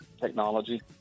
technology